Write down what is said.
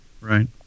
Right